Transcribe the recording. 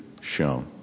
shown